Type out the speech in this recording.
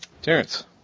Terrence